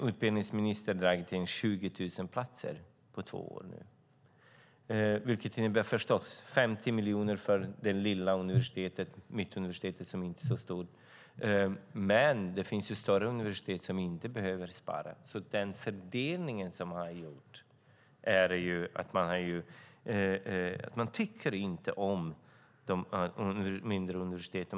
Utbildningsministern har dragit in 20 000 platser på två år. Det innebär 50 miljoner kronor för det lilla Mittuniversitetet, som inte är så stort. Det finns större universitet som inte behöver spara, så den fördelning som har gjorts innebär att man inte tycker om de mindre universiteten.